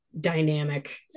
dynamic